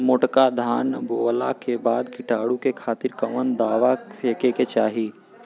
मोटका धान बोवला के बाद कीटाणु के खातिर कवन दावा फेके के चाही?